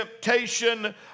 temptation